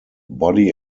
body